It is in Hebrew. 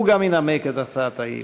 הוא גם ינמק את הצעת האי-אמון.